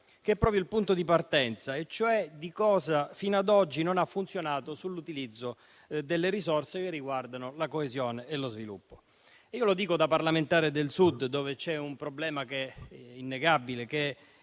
che è proprio il suo punto di partenza: cioè cosa fino ad oggi non ha funzionato, sull'utilizzo delle risorse che riguardano la coesione e lo sviluppo. Lo dico da parlamentare del Sud, dove c'è un problema innegabile,